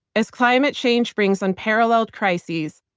as climate change brings unparalleled crises,